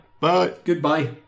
goodbye